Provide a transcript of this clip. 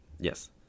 yes